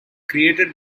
created